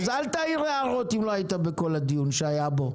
אל תעיר הערות אם לא היית בכל הדיון, שי אבו.